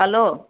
hello